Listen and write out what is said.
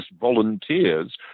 volunteers